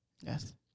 Yes